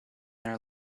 their